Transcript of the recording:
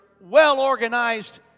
well-organized